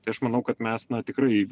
tai aš manau kad mes na tikrai